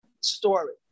story